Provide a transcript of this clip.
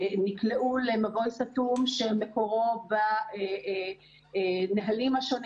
נקלעו למבוי סתום שמקורו בנהלים השונים